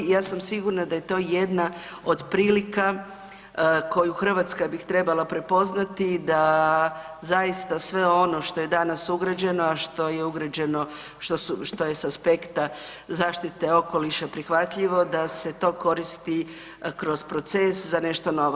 Ja sam sigurna da je to jedna od prilika koju Hrvatska bi trebala prepoznati da zaista sve ono što je danas ugrađeno, a što je ugrađeno, što su, što je s aspekta zaštite okoliša prihvatljivo da se to koristi kroz proces za nešto novo.